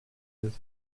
this